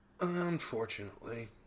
Unfortunately